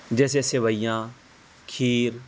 جیسے سویاں کھیر